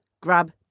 grab